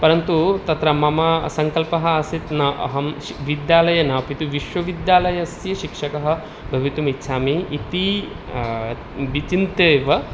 परन्तु तत्र मम संकल्पः आसीत् न अहं शि विद्यालये नापितु विश्वविद्यालयस्य शिक्षकः भवितुम् इच्छामि इति विचिन्त्यैव